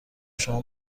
شما